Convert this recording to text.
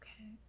Okay